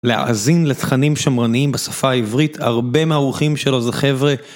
להאזין לתכנים שמרניים בשפה העברית, הרבה מהאורחים שלו זה חבר'ה